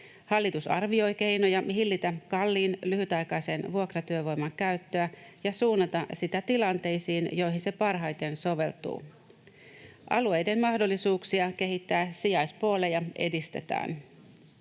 Hallitus arvioi keinoja hillitä kalliin lyhytaikaisen vuokratyövoiman käyttöä ja suunnata sitä tilanteisiin, joihin se parhaiten soveltuu. Alueiden mahdollisuuksia kehittää sijaispooleja edistetään.